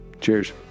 Cheers